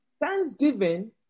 thanksgiving